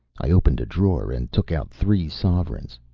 i opened a drawer and took out three sovereigns.